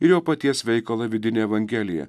ir jo paties veikalą vidinė evangelija